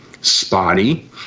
spotty